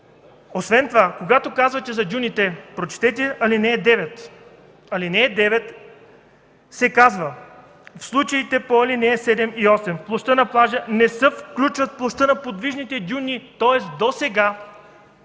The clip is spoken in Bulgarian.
Освен това, когато казвате за дюните, прочетете ал. 9. В ал. 9 се казва: „В случаите по ал. 7 и 8 в площта на плажа не се включва площта на подвижните дюни”. Тоест, досега,